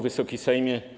Wysoki Sejmie!